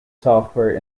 software